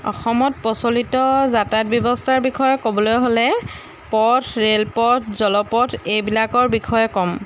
অসমত প্ৰচলিত যাতায়াত ব্যৱস্থাৰ বিষয়ে ক'বলৈ হ'লে পথ ৰে'ল পথ জলপথ এইবিলাকৰ বিষয়ে ক'ম